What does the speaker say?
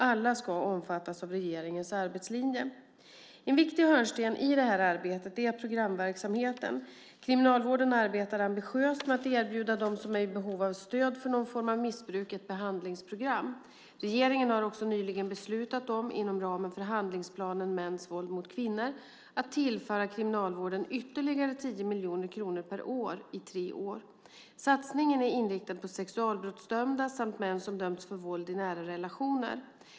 Alla ska omfattas av regeringens arbetslinje. En viktig hörnsten i detta arbete är programverksamheten. Kriminalvården arbetar ambitiöst med att erbjuda dem som är i behov av stöd för någon form av missbruk ett behandlingsprogram. Regeringen har också nyligen beslutat om, inom ramen för handlingsplanen mot mäns våld mot kvinnor, att tillföra kriminalvården ytterligare 10 miljoner kronor per år i tre år. Satsningen är inriktad på sexualbrottsdömda samt män som dömts för våld i nära relationer.